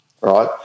Right